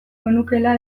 genukeela